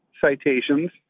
citations